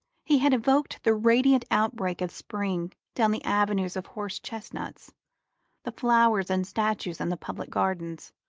he had evoked the radiant outbreak of spring down the avenues of horse-chestnuts, the flowers and statues in the public gardens,